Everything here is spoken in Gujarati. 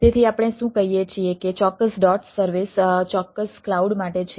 તેથી આપણે શું કહીએ છીએ કે ચોક્કસ DOS સર્વિસ ચોક્કસ ક્લાઉડ માટે છે